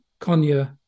Konya